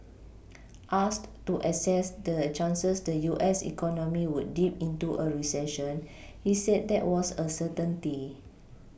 asked to assess the chances the U S economy would dip into a recession he said that was a certainty